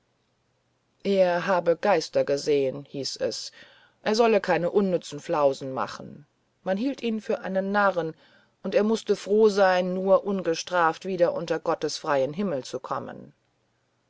er habe geister gesehen hieß es er solle keine unnützen flausen machen man hielt ihn für einen narren und er mußte froh sein nur ungestraft wieder unter gottes freien himmel zu kommen